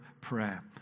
prayer